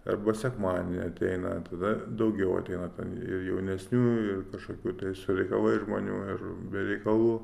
arba sekmadienį ateina tada daugiau ateina ten ir jaunesnių ir kažkokių ir su reikalais žmonių ir be reikalų